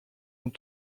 est